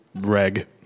Reg